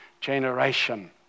generation